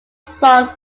sons